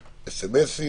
סמסים,